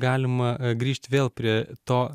galima grįžt vėl prie to